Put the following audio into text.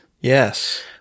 Yes